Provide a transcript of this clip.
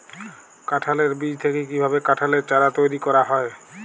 কাঁঠালের বীজ থেকে কীভাবে কাঁঠালের চারা তৈরি করা হয়?